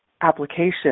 application